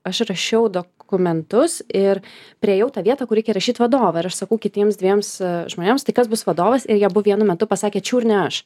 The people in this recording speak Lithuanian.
aš rašiau dokumentus ir priėjau tą vietą kur reikia įrašyt vadovą ir aš sakau kitiems dviems žmonėms tai kas bus vadovas ir jie abu vienu metu pasakė čiur ne aš